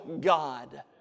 God